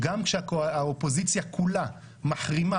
בוועדות בגלל שהאופוזיציה כולה מחרימה,